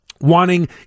Wanting